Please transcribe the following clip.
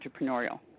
entrepreneurial